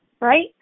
Right